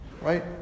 right